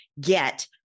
get